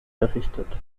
errichtet